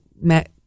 met